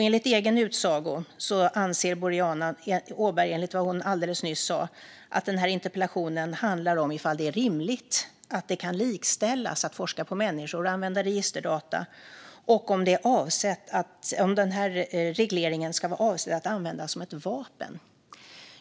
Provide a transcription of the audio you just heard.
Enligt vad hon alldeles nyss sa anser Boriana Åberg att den här interpellationen handlar om ifall det är rimligt att forskning på människor kan likställas med att använda registerdata och om denna reglering är avsedd att användas som ett vapen.